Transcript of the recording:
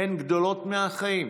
הן גדולות מהחיים.